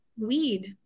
weed